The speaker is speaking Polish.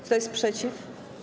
Kto jest przeciw?